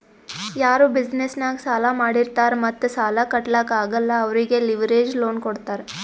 ಯಾರು ಬಿಸಿನೆಸ್ ನಾಗ್ ಸಾಲಾ ಮಾಡಿರ್ತಾರ್ ಮತ್ತ ಸಾಲಾ ಕಟ್ಲಾಕ್ ಆಗಲ್ಲ ಅವ್ರಿಗೆ ಲಿವರೇಜ್ ಲೋನ್ ಕೊಡ್ತಾರ್